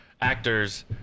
actors